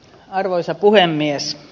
arvoisa puhemies